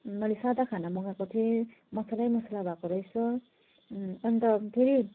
मैले सादा खाना मगाएको थिएँ मसलै मसला भएको रहेछ अन्त फेरि